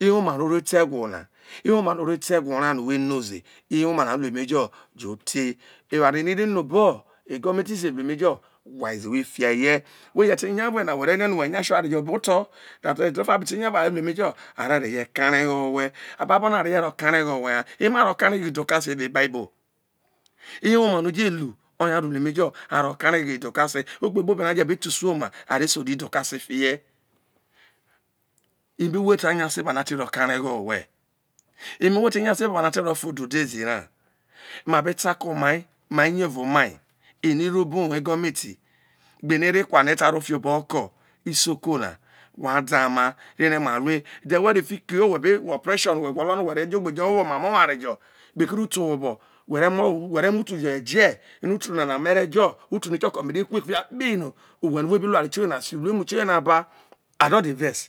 ewoma no ore te egwo na ewoma nọ ore te egwo ra no we no ze ewoma na o lu emejo jo tei eweare ne eve no obo egome ti ze rua re o tei zewy fia ye we je tenya vre na were rie no whe nya se eware jọ ba oto ede ofa we be tu nya vre a ve lu eme jo are reye karegho họ vashe ababo no are ye kareghoho owhe ha eme aro karegholo i dokase evao ebiabol ewoma no oje lu aro karegholo idokase ogbe kpobo no a je be ta usioma are se ode idoka fiye eme wo te nya se ba a te ro kareghoho owhe eme wo te nya se be no a te ro fo ode zi ra? I ma be ta ko mai mai ini evo mai no ero obo uwo egometi gbe eno ero ekwa no a ta ro fioboho ke iso ko na wa da oma re ma rue then we ro fikio oppression ọ oware jo kpe kere u te owho bo we re mutu jo je no utu nana mere jo utu ni kiọkọ me kuku fie a kpe i no owhe nọ obi lu uruemu tioye na sio uruema ba i done they vex.